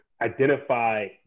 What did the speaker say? identify